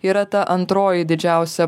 yra ta antroji didžiausia